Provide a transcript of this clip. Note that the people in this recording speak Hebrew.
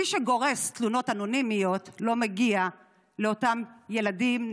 מי שגורס תלונות אנונימיות לא מגיע לאותם ילדים,